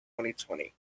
2020